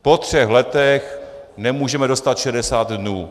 Po třech letech nemůžeme dostat 60 dnů.